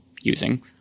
using